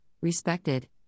respected